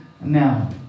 now